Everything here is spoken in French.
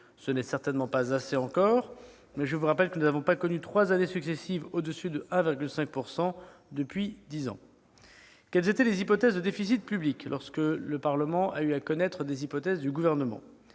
Il n'est certainement pas encore assez élevé, mais je vous rappelle que nous n'avons pas connu trois années successives de croissance supérieure à 1,5 % depuis dix ans. Quelles étaient les hypothèses de déficit public, lorsque le Parlement a eu à connaître des chiffres du Gouvernement ?